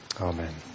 Amen